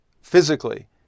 physically